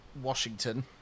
Washington